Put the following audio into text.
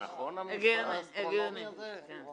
זה נכון המספר האסטרונומי הזה?